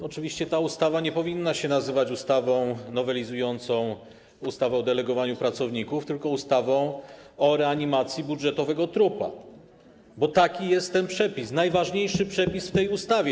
Oczywiście ta ustawa nie powinna się nazywać ustawą nowelizującą ustawę o delegowaniu pracowników, tylko ustawą o reanimacji budżetowego trupa, bo taki jest najważniejszy przepis w tej ustawie.